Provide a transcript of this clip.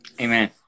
Amen